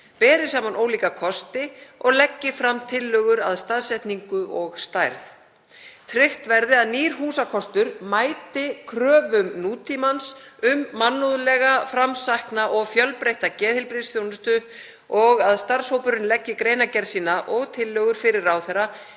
beri saman ólíka kosti og leggi fram tillögur að staðsetningu og stærð. Tryggt verði að nýr húsakostur mæti kröfum nútímans um mannúðlega, framsækna og fjölbreytta geðheilbrigðisþjónustu. Starfshópurinn leggi greinargerð sína og tillögur fyrir ráðherra